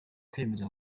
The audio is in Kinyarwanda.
kwiyemeza